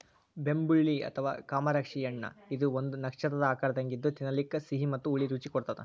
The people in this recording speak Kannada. ಬೆಂಬುಳಿ ಅಥವಾ ಕಮರಾಕ್ಷಿ ಹಣ್ಣಇದು ಒಂದು ನಕ್ಷತ್ರದ ಆಕಾರದಂಗ ಇದ್ದು ತಿನ್ನಲಿಕ ಸಿಹಿ ಮತ್ತ ಹುಳಿ ರುಚಿ ಕೊಡತ್ತದ